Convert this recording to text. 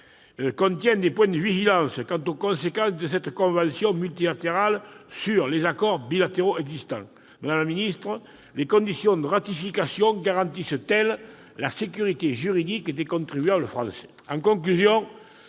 contient des points de vigilance quant aux conséquences de cette convention multilatérale sur les accords bilatéraux existants. Madame la secrétaire d'État, les conditions de ratification garantissent-elles la sécurité juridique des contribuables français ?